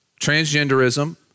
Transgenderism